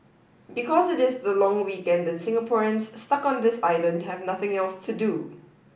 because it is the long weekend and Singaporeans stuck on this island have nothing else to do